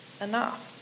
enough